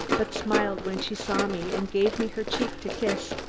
but smiled when she saw me and gave me her cheek to kiss.